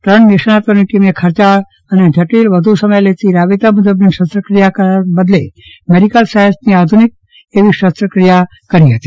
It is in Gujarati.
ત્રણેય નિષ્ણાતોની ટીમે ખર્ચાળ અને જટિલ તથા વધુ સમય લેતી રાબેતા મુજબની શસ્ત્રક્રિયા કરવાને બદલે મેડીકલ સાયન્સમાં આધુનિક કઠ્ઠી શકાય તેવી શસ્ત્રક્રિયા કરી હતી